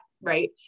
right